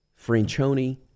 Franchoni